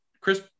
Chris –